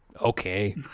Okay